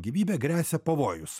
gyvybę gresia pavojus